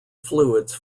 fluids